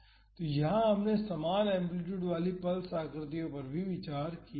तो यहाँ हमने समान एम्पलीटूड वाली पल्स आकृतियों पर विचार किया है